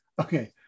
Okay